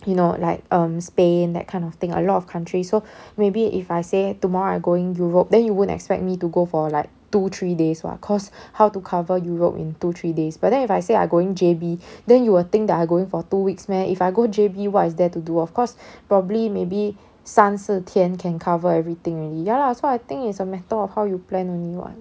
you know like um spain that kind of thing a lot of countries so maybe if I say tomorrow I going europe then you won't expect me to go for like two three days [what] cause how to cover europe in two three days but then if I say I going J_B then you will think that I going for two weeks meh if I go J_B what is there to do of course probably maybe 三四天 can cover everything already ya lah so I think it's a matter of how you plan only [what]